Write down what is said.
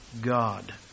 God